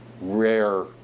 rare